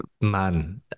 man